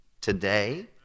today